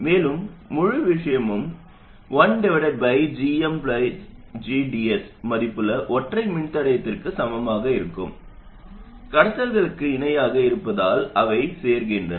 மேலும் முழு விஷயமும் 1gm gds மதிப்புள்ள ஒற்றை மின்தடையத்திற்குச் சமமாக இருக்கும் கடத்தல்கள் இணையாக இருப்பதால் அவை சேர்க்கின்றன